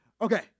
Okay